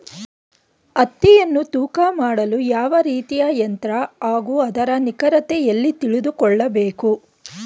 ಹತ್ತಿಯನ್ನು ತೂಕ ಮಾಡಲು ಯಾವ ರೀತಿಯ ಯಂತ್ರ ಹಾಗೂ ಅದರ ನಿಖರತೆ ಎಲ್ಲಿ ತಿಳಿದುಕೊಳ್ಳಬೇಕು?